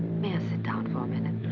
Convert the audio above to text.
may i sit down for a minute?